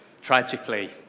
tragically